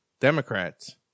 Democrats